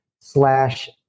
slash